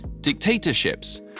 Dictatorships